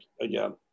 Again